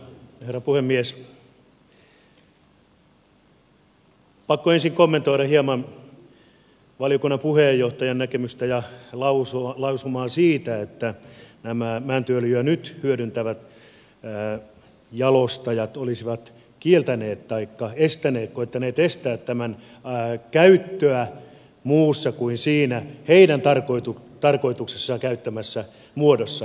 pakko ensin kommentoida hieman valiokunnan puheenjohtajan näkemystä ja lausumaa siitä että nämä mäntyöljyä nyt hyödyntävät jalostajat olisivat kieltäneet taikka koettaneet estää tämän käyttöä muussa kuin siinä heidän tarkoituksessaan käyttämässä muodossa